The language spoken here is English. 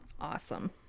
Awesome